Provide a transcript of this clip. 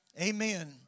Amen